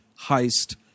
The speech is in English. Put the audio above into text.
Heist